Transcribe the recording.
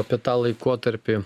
apie tą laikotarpį